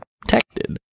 protected